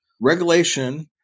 Regulation